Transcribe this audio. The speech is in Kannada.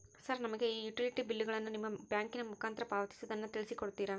ಸರ್ ನಮಗೆ ಈ ಯುಟಿಲಿಟಿ ಬಿಲ್ಲುಗಳನ್ನು ನಿಮ್ಮ ಬ್ಯಾಂಕಿನ ಮುಖಾಂತರ ಪಾವತಿಸುವುದನ್ನು ತಿಳಿಸಿ ಕೊಡ್ತೇರಾ?